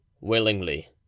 Willingly